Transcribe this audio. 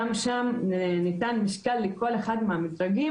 גם שם ניתן משקל לכל אחד מהמדרגים,